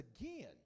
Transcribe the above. again